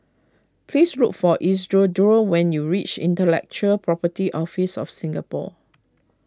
please look for Isidro when you reach Intellectual Property Office of Singapore